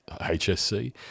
HSC